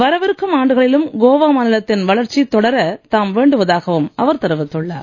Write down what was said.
வரவிருக்கும் ஆண்டுகளிலும் கோவா மாநிலத்தின் வளர்ச்சி தொடர தாம் வேண்டுவதாகவும் அவர் தெரிவித்துள்ளார்